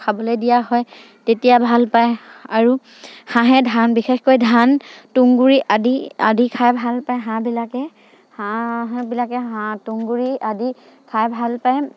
খাবলৈ দিয়া হয় তেতিয়া ভালপায় আৰু হাঁহে ধান বিশেষকৈ ধান তুঁহ গুৰি আদি আদি খাই ভালপায় হাঁহবিলাকে হাঁহবিলাকে হাঁহ তুঁহ গুৰি আদি খাই ভালপায়